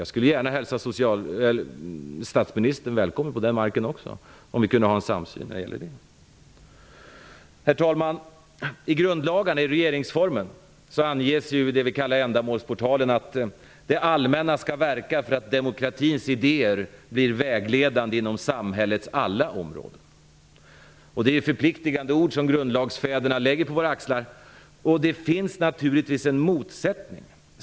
Jag skulle gärna hälsa statsministern välkommen på den marken också, om det råder samsyn i den frågan. Herr talman! I en av grundlagarna -- i regeringsformen -- anges i det vi kallar ändamålsportalen att det allmänna skall verka för att demokratins idéer blir vägledande inom samhällets alla områden. Det är förpliktigande ord som grundlagsfäderna lägger på våra axlar. Det finns naturligtvis en motsättning här.